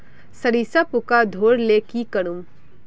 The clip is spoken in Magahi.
सरिसा पूका धोर ले की करूम?